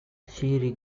she